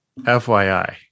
FYI